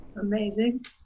Amazing